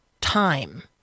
time